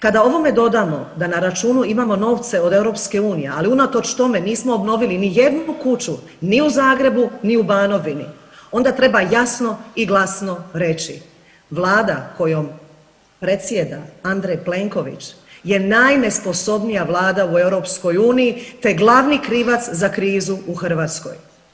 Kada ovome dodamo da na računu imamo novce od EU, ali unatoč tome nismo obnovili ni jednu kuću ni u Zagrebu, ni u Banovini onda treba jasno i glavno reći Vlada kojom predsjeda Andrej Plenković je najnesposobnija Vlada u EU te glavni krivac za krizu u Hrvatskoj.